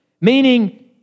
meaning